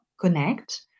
connect